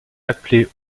appelée